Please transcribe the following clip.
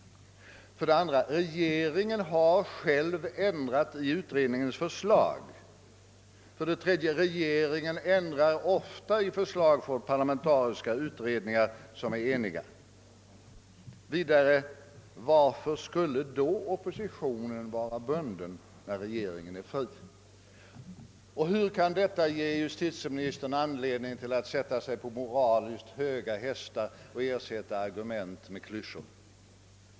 För det andra har regeringen själv ändrat på utredningens förslag. För det tredje ändrar regeringen ofta i förslag från parlamentariska, eniga utredningar. Varför skulle då oppositionen vara bunden, när regeringen är fri? Och hur kan detta ge justitieministern anledning att sätta sig på moraliskt höga hästar och ersätta argument med klyschor?